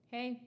Hey